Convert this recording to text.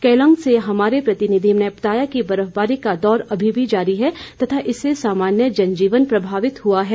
केलंग से हमारे प्रतिनिधि ने बताया कि बर्फबारी का दौर अमी भी जारी है तथा इससे सामान्य जनजीवन प्रभावित हुआ है